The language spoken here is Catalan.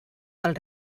del